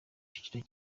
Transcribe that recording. cyiciro